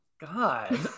god